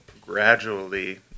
gradually